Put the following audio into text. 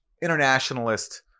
internationalist